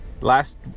Last